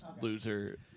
loser